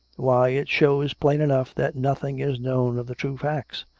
why it shows plain enough that nothing is known of the true facts.